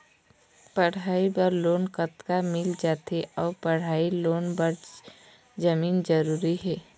पढ़ई बर लोन कतका मिल जाथे अऊ पढ़ई लोन बर जमीन जरूरी हे?